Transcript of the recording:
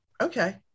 okay